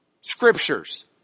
scriptures